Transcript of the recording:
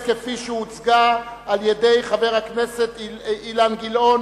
כפי שהוצגה על-ידי חבר הכנסת אילן גילאון.